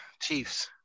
Chiefs